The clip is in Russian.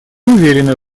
уверены